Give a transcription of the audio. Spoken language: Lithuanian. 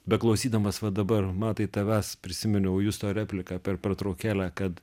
beklausydamas va dabar matai tavęs prisiminiau justo repliką per pertraukėlę kad